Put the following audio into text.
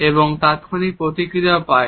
এবং তাৎক্ষণিক প্রতিক্রিয়াও পাই